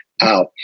out